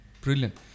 brilliant